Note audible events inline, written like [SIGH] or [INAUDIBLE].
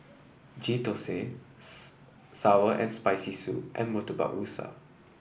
Ghee Thosai [HESITATION] sour and Spicy Soup and Murtabak Rusa